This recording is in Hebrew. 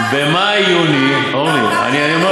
כמה המכס, במאי-יוני, אורלי, לא.